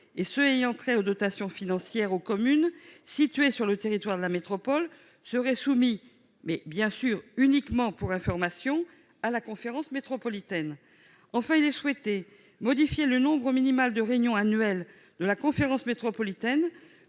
et ceux qui ont trait aux dotations financières aux communes situées sur le territoire de la métropole seraient soumis, uniquement pour information, à la conférence métropolitaine. Enfin, nous souhaitons modifier le nombre minimal de réunions annuelles de la conférence métropolitaine.